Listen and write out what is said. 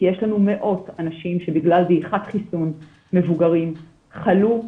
כי יש לנו מאות אנשים מבוגרים שבגלל דעיכת חיסון חלו קשה,